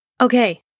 Okay